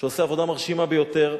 שעושה עבודה מרשימה ביותר.